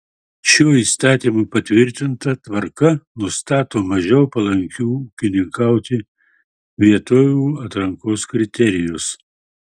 šiuo įsakymu patvirtinta tvarka nustato mažiau palankių ūkininkauti vietovių atrankos kriterijus